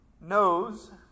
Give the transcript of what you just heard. knows